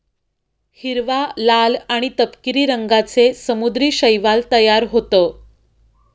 हिरवा, लाल आणि तपकिरी रंगांचे समुद्री शैवाल तयार होतं